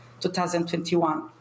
2021